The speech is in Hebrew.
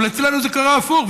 אבל אצלנו זה קרה הפוך,